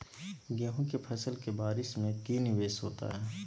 गेंहू के फ़सल के बारिस में की निवेस होता है?